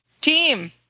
Team